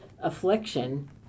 affliction